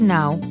Now